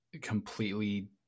completely